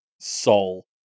soul